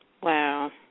Wow